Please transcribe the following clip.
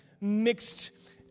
mixed